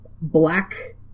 black